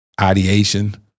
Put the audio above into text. ideation